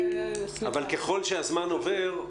אבל ככל שהזמן עובר,